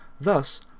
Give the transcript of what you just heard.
Thus